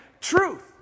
truth